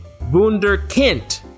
Wunderkind